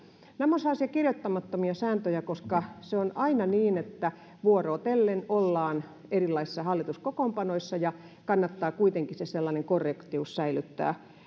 nämä ovat sellaisia kirjoittamattomia sääntöjä koska se on aina niin että vuorotellen ollaan erilaisissa hallituskokoonpanoissa ja kannattaa kuitenkin se sellainen korrektius säilyttää